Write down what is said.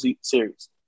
series